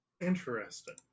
Interesting